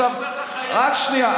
רק שנייה.